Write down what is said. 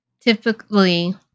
typically